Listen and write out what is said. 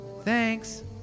thanks